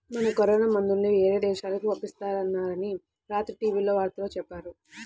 మన కరోనా మందుల్ని యేరే దేశాలకు పంపిత్తున్నారని రాత్రి టీవీ వార్తల్లో చెప్పారు